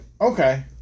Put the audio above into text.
Okay